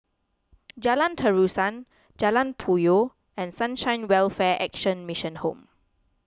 Jalan Terusan Jalan Puyoh and Sunshine Welfare Action Mission Home